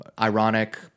ironic